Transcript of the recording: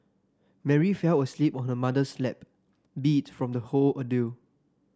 Mary fell asleep on her mother's lap beat from the whole ordeal